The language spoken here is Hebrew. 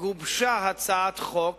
גובשה הצעת חוק